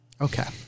Okay